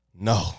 No